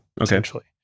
Essentially